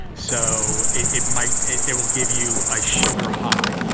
so it it might it it will give you a sugar high,